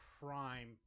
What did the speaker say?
prime